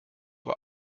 war